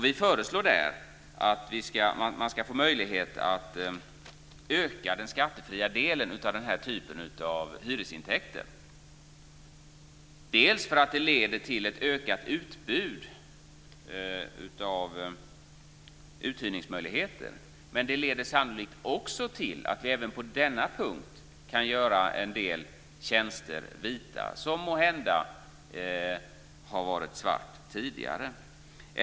Vi föreslår därför att man ska få möjlighet att öka den skattefria delen för den här typen av hyresintäkter. Det leder dels till ett ökat utbud att uthyrningsobjekt, dels också till att man även på denna punkt kan göra en del tjänster vita som måhända tidigare har varit svarta.